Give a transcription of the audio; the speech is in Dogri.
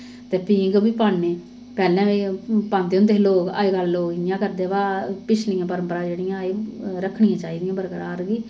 ते पींह्ग बी पान्नें पैह्लें ते पांदे होंदे हे लोक अजकल्ल लोक इ'यां करदे बो पिछलियां परंपरां जेह्ड़ियां एह् रक्खनियां चाहि दियां बरकरार